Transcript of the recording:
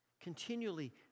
continually